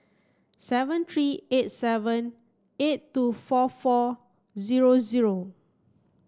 seven three eight seven eight two four four zero zero